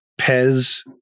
Pez